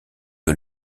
que